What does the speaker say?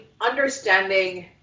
understanding